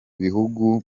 bihugu